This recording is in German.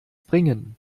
bringen